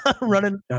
running